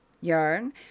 yarn